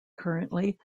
currently